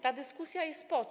Ta dyskusja jest po to.